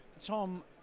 Tom